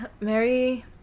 Mary